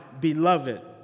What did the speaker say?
beloved